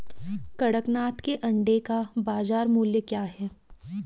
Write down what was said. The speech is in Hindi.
कड़कनाथ के अंडे का बाज़ार मूल्य क्या है?